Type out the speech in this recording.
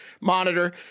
monitor